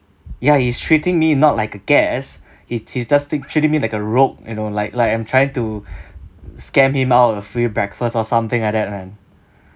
ya he's treating me not like a guest he he's just dis~ treating me like a rogue you know like like I'm trying to scam him out of a free breakfast or something like that man